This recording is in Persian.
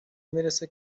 میرسه